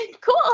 Cool